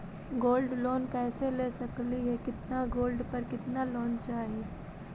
Gold loan कैसे ले सकली हे, कितना गोल्ड पर कितना लोन चाही?